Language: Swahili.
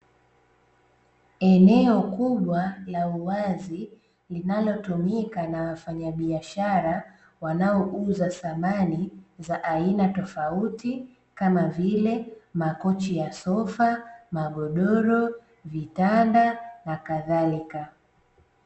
Eneo kubwa la uwazi linalotumika na wafanyabiashara wanaouza samani za aina tofauti kama vile makochi ya sofa, magodoro, vitanda nakadhalika.